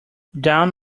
down